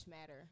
matter